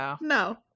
No